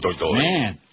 Man